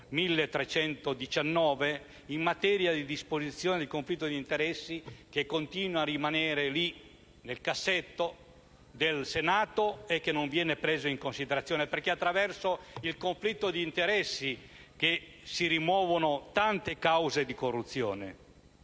il conflitto d'interessi che si rimuovono tante cause di corruzione